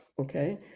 Okay